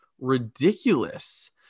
ridiculous